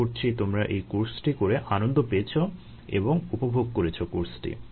আশা করছি তোমরা এই কোর্সটি করে আনন্দ পেয়েছো এবং উপভোগ করেছো কোর্সটি